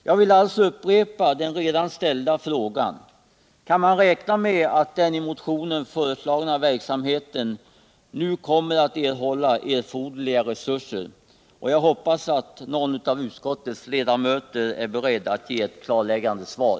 Jag vill upprepa den redan ställda frågan: Kan man räkna med att den i motionen föreslagna verksamheten nu kommer att erhålla erforderliga resurser? Jag hoppas någon av utskottets ledamöter är beredd att ge ett klarläggande svar.